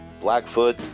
Blackfoot